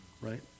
Right